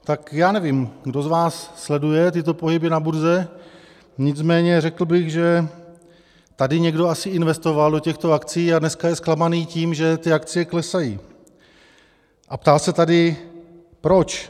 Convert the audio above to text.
Tak já nevím, kdo z vás sleduje tyto pohyby na burze, nicméně řekl bych, že tady někdo asi investoval do těchto akcií a dneska je zklamaný tím, že ty akcie klesají, a ptá se tady, proč.